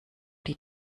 die